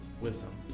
Wisdom